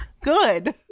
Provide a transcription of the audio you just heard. good